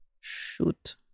shoot